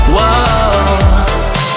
Whoa